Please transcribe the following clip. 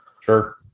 Sure